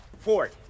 Ford